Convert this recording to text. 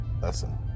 lesson